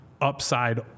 upside